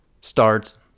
starts